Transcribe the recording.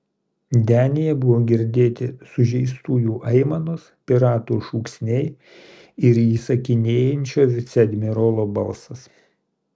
denyje buvo girdėti sužeistųjų aimanos piratų šūksniai ir įsakinėjančio viceadmirolo balsas